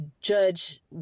judge